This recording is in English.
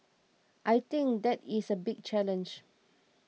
I think that is a big challenge